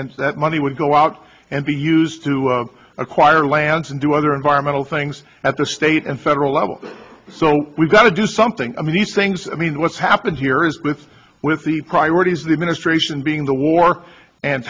that money would go out and be used to acquire lands and do other environmental things at the state and federal level so we've got to do something i mean these things i mean what's happened here is with with the priorities of the administration being the way war and